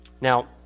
Now